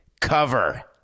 cover